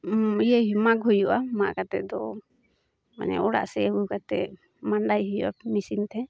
ᱤᱭᱟᱹᱭ ᱢᱟᱜᱽ ᱦᱩᱭᱩᱜᱼᱟ ᱢᱟᱜ ᱠᱟᱛᱮᱫ ᱫᱚ ᱢᱟᱱᱮ ᱚᱲᱟᱜ ᱥᱮᱫ ᱟᱹᱜᱩ ᱠᱟᱛᱮᱫ ᱢᱟᱸᱰᱟᱭ ᱦᱩᱭᱩᱜᱼᱟ ᱢᱮᱥᱤᱱᱛᱮ